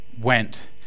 went